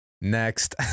next